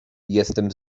jestem